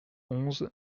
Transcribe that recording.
onze